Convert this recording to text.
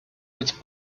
быть